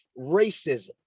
racism